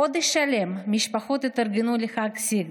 חודש שלם משפחות התארגנו לחג הסיגד.